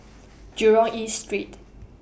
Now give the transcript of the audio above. Jurong East Street